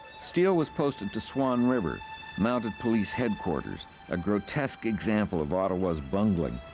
steele was posted to swan river mounted police headquarters a grotesque example of ottawa's bungling.